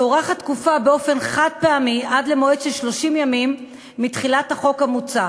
תוארך התקופה באופן חד-פעמי עד 30 ימים מתחילת החוק המוצע,